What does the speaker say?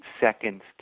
seconds